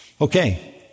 Okay